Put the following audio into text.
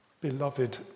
beloved